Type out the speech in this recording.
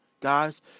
Guys